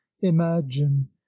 imagine